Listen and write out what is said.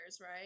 right